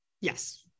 Yes